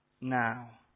now